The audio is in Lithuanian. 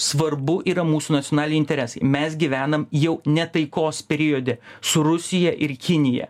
svarbu yra mūsų nacionaliniai interesai mes gyvenam jau ne taikos periode su rusija ir kinija